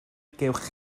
gewch